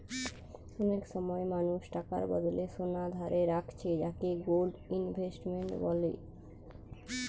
অনেক সময় মানুষ টাকার বদলে সোনা ধারে রাখছে যাকে গোল্ড ইনভেস্টমেন্ট বলে